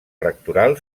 rectoral